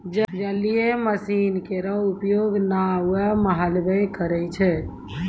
जलीय मसीन केरो उपयोग नाव म मल्हबे करै छै?